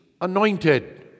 anointed